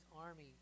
army